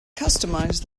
customize